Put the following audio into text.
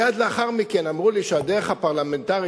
מייד לאחר מכן אמרו לי שהדרך הפרלמנטרית